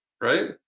Right